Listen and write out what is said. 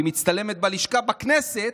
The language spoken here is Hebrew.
היא מצטלמת בלשכה בכנסת,